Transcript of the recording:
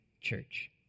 church